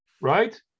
right